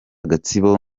gatsibo